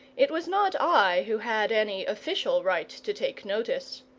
it was not i who had any official right to take notice.